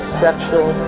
sexual